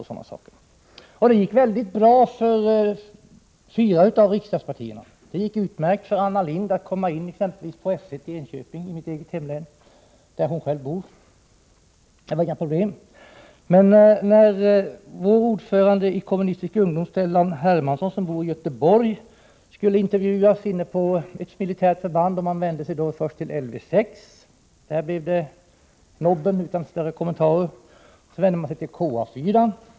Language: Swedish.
Det gick bra för fyra av ungdomsförbundens ordförande att få tillträde till militära förband. Det gick t.ex. utmärkt för Anna Lindh att komma in på S 1 i Enköping — mitt eget hemlän — där hon bor. Men när ordföranden i Kommunistisk ungdom, Stellan Hermansson, som bor i Göteborg skulle intervjuas inne på ett militärt förband vände man sig först till Lv 6, där det emellertid blev nej utan några vidare kommentarer. Sedan vände man sig till KA 4.